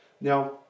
Now